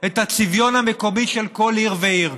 את הצביון המקומי של כל עיר ועיר?